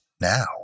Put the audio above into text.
now